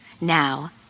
Now